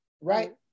Right